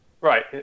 Right